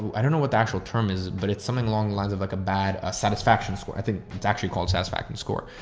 i don't know what the actual term is, but it's something along the lines of like a bad, ah, satisfaction score. i think it's actually called satisfaction score.